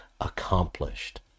accomplished